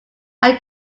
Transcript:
are